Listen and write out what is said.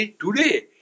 Today